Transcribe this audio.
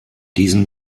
diesem